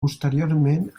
posteriorment